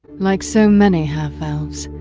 like so many half-elves,